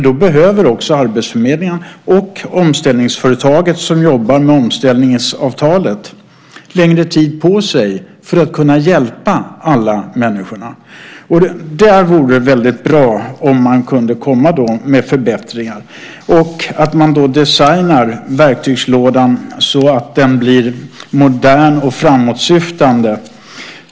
Då behöver också arbetsförmedlingen och omställningsföretaget som jobbar med omställningsavtalet längre tid på sig för att kunna hjälpa alla dessa människor. Där vore det väldigt bra om man kunde komma med förbättringar och designa verktygslådan så att den blir modern och framåtsyftande.